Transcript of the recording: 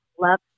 Love